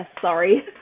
sorry